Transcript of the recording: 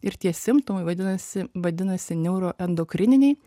ir tie simptomai vadinasi vadinasi neuroendokrininiai